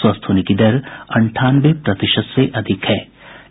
स्वस्थ होने की दर अंठानवे प्रतिशत से अधिक हो गयी है